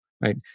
Right